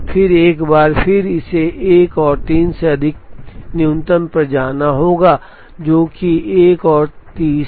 फिर एक बार फिर इसे 1 और 3 से अधिक न्यूनतम पर जाना होगा जो कि एक और 30 है